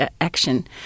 action